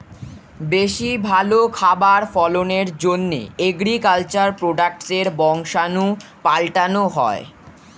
বেশি ভালো খাবার ফলনের জন্যে এগ্রিকালচার প্রোডাক্টসের বংশাণু পাল্টানো হয়